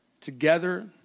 Together